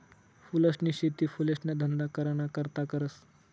फूलसनी शेती फुलेसना धंदा कराना करता करतस